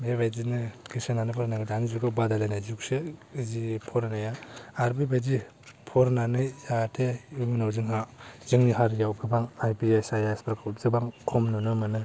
बेबायदिनो गोसो होनानै फरायनांगौ दानि जुगाव बादायलायनाय जुगसो जि फरायनाया आरो बेबायदि फरायनानै जाहाते इयुनाव जोंहा जोंनि हारियाव गोबां I P S I A S फोरखौ गोबां खम नुनो मोनो